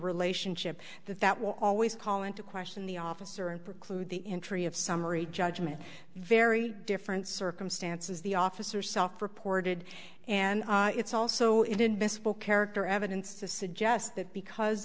relationship that that will always call into question the officer and preclude the entry of summary judgment very different circumstances the officer self reported and it's also in invisible character evidence to suggest that because